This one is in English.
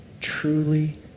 truly